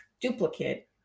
duplicate